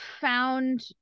found